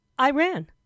Iran